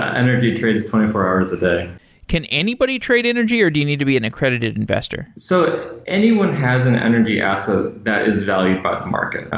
energy trades twenty four hours a day can anybody trade energy or do you need to be an accredited investor? so anyone has an energy asset that is valued by the market.